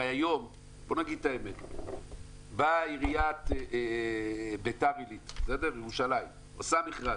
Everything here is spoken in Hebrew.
הרי היום באה עיריית בית"ר עילית, עושה מכרז